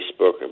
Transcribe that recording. Facebook